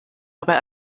aber